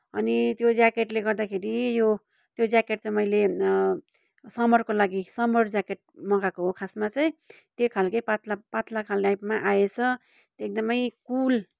अनि त्यो ज्याकेटले गर्दाखेरि यो त्यो ज्याकेट त मैले समरको लागि समर ज्याकेट मगाएको हो खासमा चाहिँ त्यही खालकै पातला पातला खाल टाइपमा आएछ एकदमै कुल